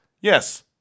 Yes